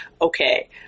okay